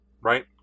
Right